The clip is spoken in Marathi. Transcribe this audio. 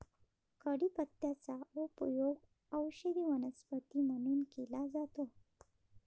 कढीपत्त्याचा उपयोग औषधी वनस्पती म्हणून केला जातो